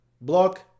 Block